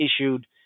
issued